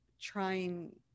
trying